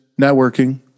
networking